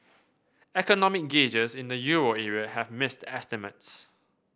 economic gauges in the euro area have missed estimates